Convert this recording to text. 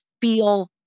feel